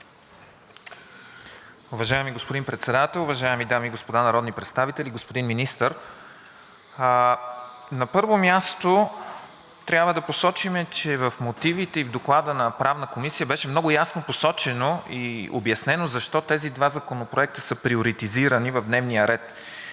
Уважаеми господин Председател, уважаеми дами и господа народни представители, господин Министър! На първо място, трябва да посочим, че в мотивите и в Доклада на Правната комисия беше много ясно посочено и обяснено защо тези два законопроекта са приоритизирани в дневния ред